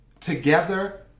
Together